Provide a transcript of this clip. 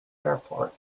airport